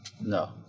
No